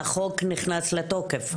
החוק נכנס לתוקף.